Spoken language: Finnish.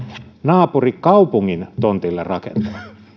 naapurikaupungin tontille rakentaa